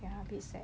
ya a bit sad